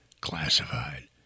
classified